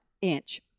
inch